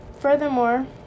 Furthermore